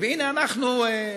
והנה אנחנו,